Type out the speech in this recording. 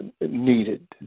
needed